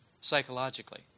psychologically